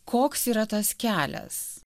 koks yra tas kelias